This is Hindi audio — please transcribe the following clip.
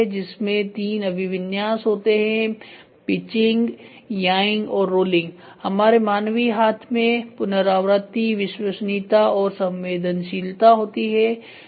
जिसमें तीन अभिविन्यास होते हैं पिचिंग याइंग और रोलिंग हमारे मानवीय हाथ में पुनरावृत्ति विश्वसनीयता और संवेदनशीलता होती है